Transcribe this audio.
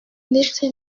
ndetse